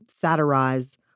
satirize